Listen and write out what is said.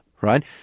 Right